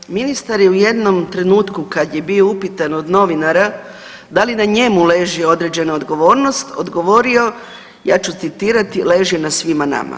Dakle, ministar je u jednom trenutku kad je bio upitan od novinara da li na njemu leži određena odgovornost odgovorio, ja ću citirati, leži na svima nama.